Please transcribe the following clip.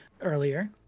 earlier